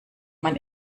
man